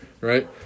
right